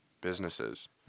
businesses